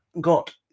got